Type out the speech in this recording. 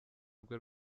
rwe